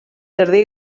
jardí